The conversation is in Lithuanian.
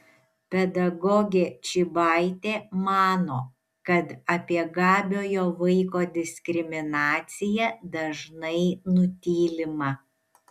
pedagogė čybaitė mano kad apie gabiojo vaiko diskriminaciją dažnai nutylima